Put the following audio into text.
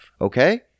okay